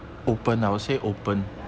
yup